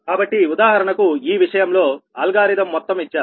కాబట్టి ఉదాహరణకు ఈ విషయంలో అల్గారిథం మొత్తం ఇచ్చారు